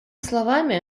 словами